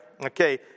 Okay